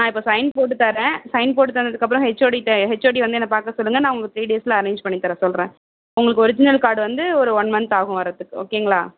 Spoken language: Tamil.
நான் இப்போ சைன் போட்டு தரேன் சைன் போட்டு தந்ததுக்கப்பறோம் ஹெச்ஓடிகிட்ட ஹெச்ஓடி வந்து என்ன பார்க்க சொல்லுங்கள் நான் உங்ளுக்கு த்ரீ டேஸில் அரேஞ்ச் பண்ணி தர சொல்கிறேன் உங்ளுக்கு ஒரிஜினல் கார்டு வந்து ஒரு ஒன் மந்த்தாகும் வரத்துக்கு ஓகேங்களா